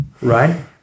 right